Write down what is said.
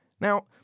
Now